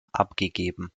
abgegeben